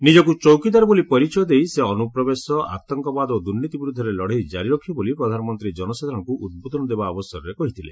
ନିଜକୁ ଚୌକିଦାର ବୋଲି ପରିଚୟ ଦେଇ ସେ ଅନୁପ୍ରବେଶ ଆତଙ୍କବାଦ ଓ ଦୁର୍ନୀତି ବିରୋଧରେ ଲଢ଼େଇ କାରି ରଖିବେ ବୋଲି ପ୍ରଧାନମନ୍ତ୍ରୀ ଜନସାଧାରଣଙ୍କୁ ଉଦ୍ବୋଧନ ଦେବା ଅବସରରେ କହିଥିଲେ